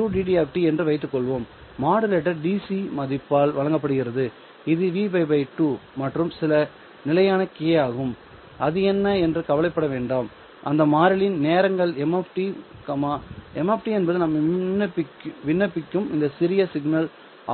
ud என்று வைத்துக் கொள்வோம் மாடுலேட்டர் DC மதிப்பால் வழங்கப்படுகிறது இது Vπ 2 மற்றும் சில நிலையான k ஆகும் அது என்ன என்று கவலைப்பட வேண்டாம் அந்த மாறிலி நேரங்கள் m m என்பது நான் விண்ணப்பிக்கும் இந்த சிறிய சிக்னல் ஆகும்